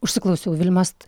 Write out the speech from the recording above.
užsiklausiau vilmos